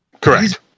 Correct